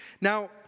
Now